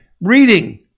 Reading